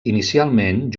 inicialment